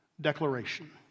declaration